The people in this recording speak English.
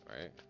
right